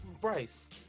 Bryce